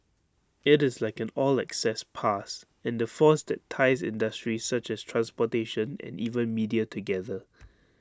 IT is like an all access pass and the force that ties industries such as transportation and even media together